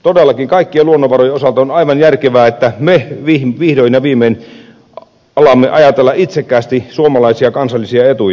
todellakin kaikkien luonnonvarojen osalta on aivan järkevää että me vihdoin ja viimein alamme ajatella itsekkäästi suomalaisia kansallisia etuja